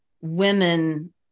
women